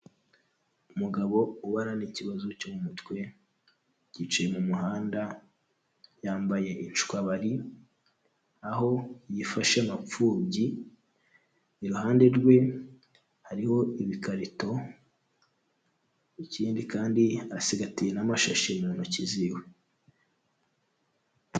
Umugabo ubana n'ikibazo cyo mu mutwe, yicaye mu muhanda, yambaye inshwabari, aho yifashe mapfubyi, iruhande rwe hariho ibikarito, ikindi kandi asigatiye n'amashashi mu ntoki z'iwe.